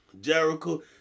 Jericho